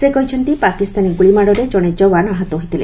ସେ କହିଛନ୍ତି ପାକିସ୍ତାନୀ ଗୁଳିମାଡ଼ରେ ଜଣେ ଯବାନ ଆହତ ହୋଇଥିଲେ